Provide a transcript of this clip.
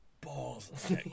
balls